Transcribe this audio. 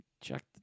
check